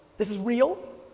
this is real.